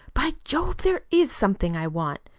by jove, there is something i want.